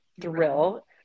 thrill